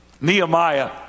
Nehemiah